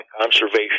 conservation